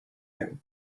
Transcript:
you